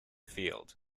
field